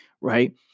right